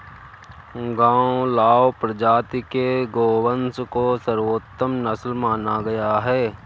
गावलाव प्रजाति के गोवंश को सर्वोत्तम नस्ल माना गया है